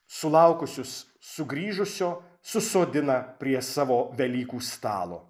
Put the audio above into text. sulaukusius sugrįžusio susodina prie savo velykų stalo